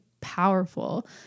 powerful